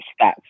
stats